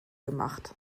gemacht